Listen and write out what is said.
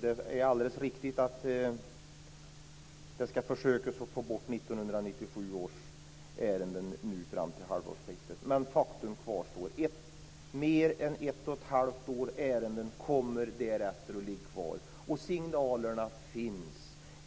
Det är alldeles riktigt att man försöker få bort 1997 års ärenden nu fram till halvårsskiftet. Men faktum kvarstår. Mer än ett och ett halvt års ärenden kommer därefter att ligga kvar. Signalerna finns.